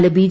നാല് ബി